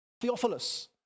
Theophilus